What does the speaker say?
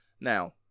Now